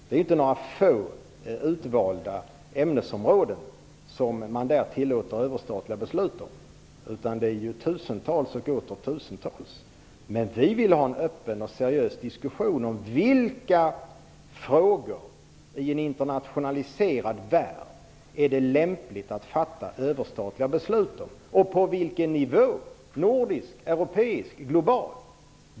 Det är inte några få utvalda ämnesområden där man tillåter överstatliga beslut, utan det är tusentals och åter tusentals. Vi vill ha en öppen och seriös diskussion om vilka frågor det är lämpligt att fatta överstatliga beslut om i en internationaliserad värld. Dessutom vill vi diskutera på vilken nivå det skall ske, nordisk, europeisk eller global.